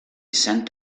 saint